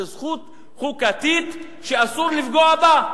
זאת זכות חוקתית שאסור לפגוע בה.